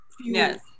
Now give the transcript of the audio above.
yes